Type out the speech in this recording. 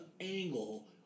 angle